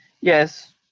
yes